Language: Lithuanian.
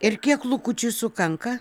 ir kiek lukučiui sukanka